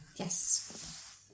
Yes